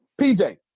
PJ